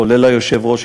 כולל היושב-ראש,